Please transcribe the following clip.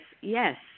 yes